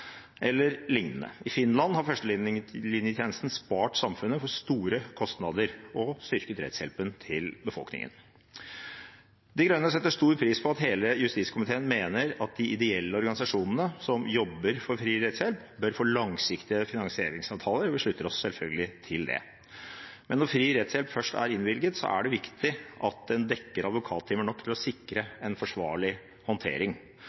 I Finland har førstelinjetjenesten spart samfunnet for store kostnader og styrket rettshjelpen til befolkningen. De Grønne setter stor pris på at hele justiskomiteen mener at de ideelle organisasjonene som jobber for fri rettshjelp, bør få langsiktige finansieringsavtaler, og vi slutter oss selvfølgelig til det. Men når fri rettshjelp først er innvilget, er det viktig at den dekker advokattimer nok til å sikre en forsvarlig håndtering.